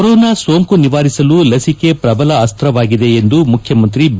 corona ಸೋಂಕು ನಿವಾರಿಸಲು ಲಸಿಕೆ ಪ್ರಬಲ ಅಸ್ತವಾಗಿದೆ ಎಂದು ಮುಖ್ಯಮಂತ್ರಿ ಬಿ